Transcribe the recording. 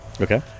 Okay